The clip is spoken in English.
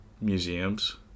museums